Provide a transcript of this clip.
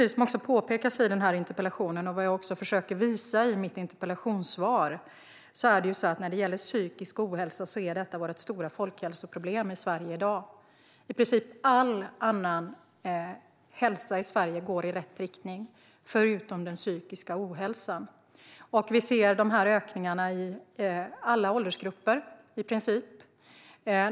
Som påpekas i interpellationen och som jag också försöker visa i mitt interpellationssvar är psykisk ohälsa vårt stora folkhälsoproblem i Sverige i dag. Utvecklingen går i rätt riktning för i princip all ohälsa i Sverige utom den psykiska ohälsan, och den ökningen sker i princip i alla åldersgrupper.